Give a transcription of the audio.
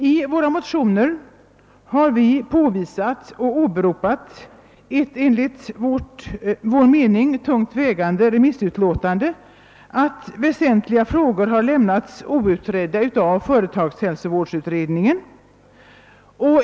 I våra motioner har vi påvisat och åberopat ett enligt vår mening tungt vägande remissutlåtande, att väsentliga frågor har lämnats outredda av företagshälsovårdsutredningen.